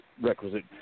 requisite